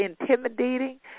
intimidating